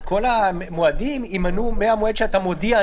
כל המועדים יימנו מהמועד שאתה מודיע: